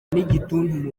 n’igituntu